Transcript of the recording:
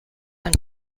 and